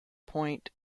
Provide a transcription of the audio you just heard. point